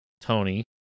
Tony